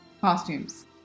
costumes